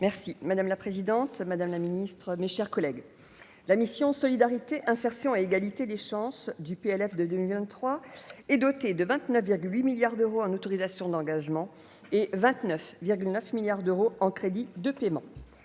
Merci madame la présidente, Madame la Ministre, mes chers collègues, la mission Solidarité, insertion et égalité des chances du PLF 2023 et doté de 29 8 milliards d'euros en autorisations d'engagement et 29,9 milliards d'euros en crédits de paiement